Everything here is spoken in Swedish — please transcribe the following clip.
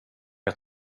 jag